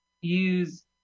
Use